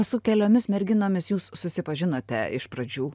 su keliomis merginomis jūs susipažinote iš pradžių